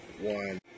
one